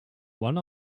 one